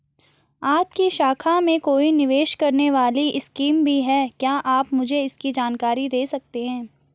आपकी शाखा में कोई निवेश करने वाली स्कीम भी है क्या आप मुझे इसकी जानकारी दें सकते हैं?